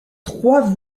trois